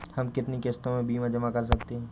हम कितनी किश्तों में बीमा जमा कर सकते हैं?